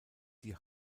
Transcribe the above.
die